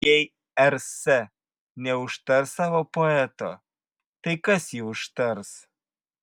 jei rs neužtars savo poeto tai kas jį užtars